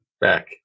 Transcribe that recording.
back